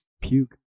puke